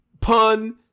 pun